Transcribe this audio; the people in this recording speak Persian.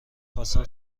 خواستم